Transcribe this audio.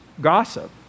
gossip